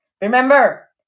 Remember